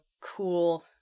cool